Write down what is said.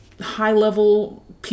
high-level